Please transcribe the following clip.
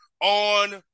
on